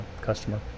customer